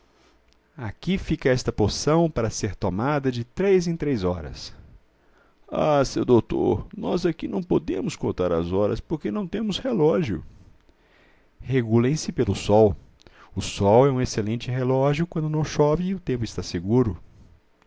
aqui fica esta poção para ser tomada de três em três horas ah seu doutor nós aqui não podemos contar as horas porque não temos relógio regulem se pelo sol o sol é um excelente relógio quando não chove e o tempo está seguro